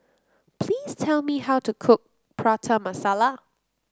please tell me how to cook Prata Masala